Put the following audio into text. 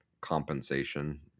compensation